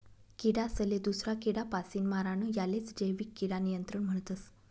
किडासले दूसरा किडापासीन मारानं यालेच जैविक किडा नियंत्रण म्हणतस